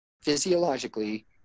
physiologically